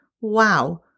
Wow